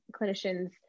clinicians